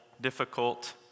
difficult